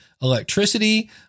electricity